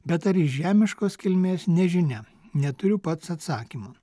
bet ar jis žemiškos kilmės nežinia neturiu pats atsakymo